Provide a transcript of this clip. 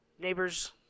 neighbor's